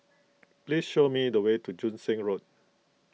please show me the way to Joo Seng Road